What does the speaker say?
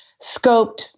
scoped